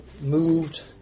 moved